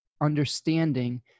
understanding